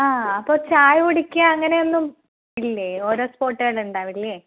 ആ അപ്പോൾ ചായ കുടിക്കുക അങ്ങനെയൊന്നും ഇല്ലേ ഓരോ സ്പോട്ടുകൾ ഉണ്ടാവില്ലേ